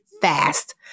fast